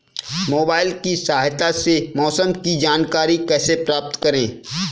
Mobile की सहायता से मौसम की जानकारी कैसे प्राप्त करें?